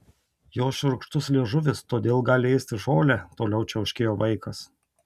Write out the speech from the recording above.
jos šiurkštus liežuvis todėl gali ėsti žolę toliau čiauškėjo vaikas